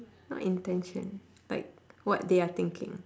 not intention like what they are thinking